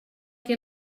que